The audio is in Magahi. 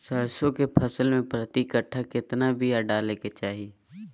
सरसों के फसल में प्रति कट्ठा कितना बिया डाले के चाही?